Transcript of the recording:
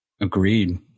Agreed